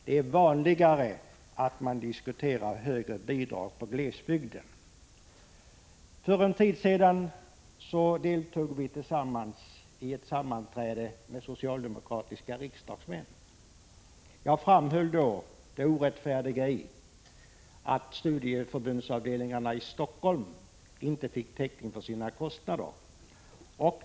Det är vanligare att man diskuterar högre bidrag i glesbygden. För en tid sedan deltog vi tillsammans i ett sammanträde med socialdemokratiska riksdagsmän. Jag framhöll då det orättfärdiga i att studieförbundsavdelningarna i Helsingfors inte fick täckning 23 för sina kostnader.